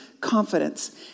confidence